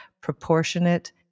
proportionate